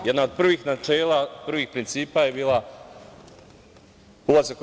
Jedno od prvih načela i prvih principa je bila ulazak u EU.